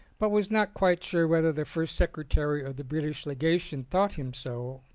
but was not quite sure whether the first secretary of the british legation thought him so,